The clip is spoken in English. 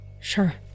Sure